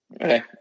Okay